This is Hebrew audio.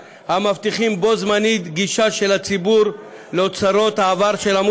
היא נדבך נוסף בעבודה המסורה של חברי הכנסת ושל ועדת